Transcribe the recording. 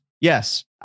Yes